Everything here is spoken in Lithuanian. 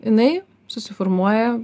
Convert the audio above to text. jinai susiformuoja